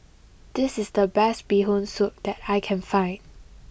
this is the best Bee Hoon Soup that I can find